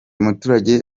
muturage